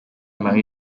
marie